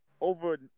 over